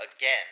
again